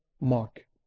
Mark